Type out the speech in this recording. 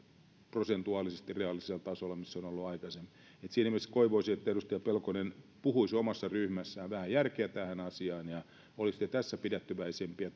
prosentuaalisesti siinä reaalisella tasolla missä se on ollut aikaisemmin siinä mielessä toivoisin että edustaja pelkonen puhuisi omassa ryhmässään vähän järkeä tähän asiaan ja olisitte tässä pidättyväisempiä